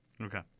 Okay